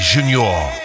Junior